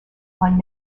are